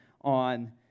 on